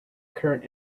current